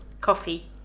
coffee